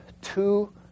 two